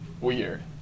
weird